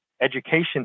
Education